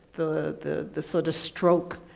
the the the soda stroke,